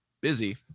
busy